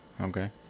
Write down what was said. Okay